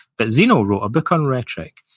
but zeno wrote a book on rhetoric.